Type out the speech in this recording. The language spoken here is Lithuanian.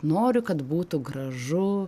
noriu kad būtų gražu